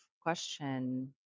question